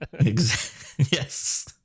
Yes